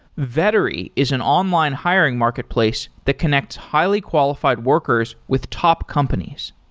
vettery is an online hiring marketplace to connect highly-qualified workers with top companies.